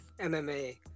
MMA